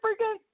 freaking